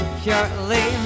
purely